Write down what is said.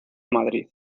madrid